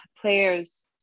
players